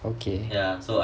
okay